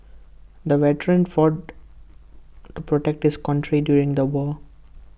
the veteran fought to protect his country during the war